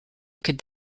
could